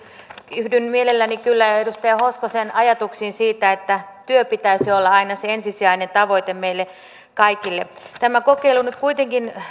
yhdyn mielelläni kyllä edustaja hoskosen ajatuksiin siitä että työn pitäisi olla aina se ensisijainen tavoite meille kaikille tämä kokeilu nyt kuitenkin